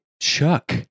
Chuck